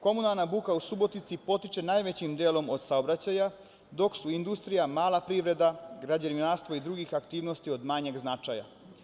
Komunalna buka u Subotici potiče najvećim delom od saobraćaja dok su industrija, mala privreda, građevinarstvo i druge aktivnosti od manjeg značaja.